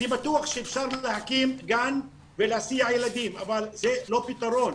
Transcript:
אני בטוח שאפשר להקים גן ולהסיע ילדים אבל זה לא פתרון.